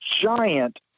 giant